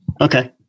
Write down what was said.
Okay